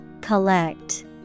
Collect